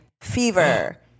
fever